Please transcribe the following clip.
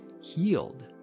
healed